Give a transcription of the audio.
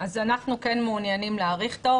אף פעם לא כתרתי לי כתרים שלא מגיעים לי.